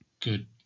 good